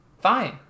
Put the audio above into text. Fine